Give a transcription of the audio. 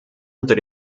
unter